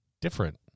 different